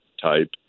type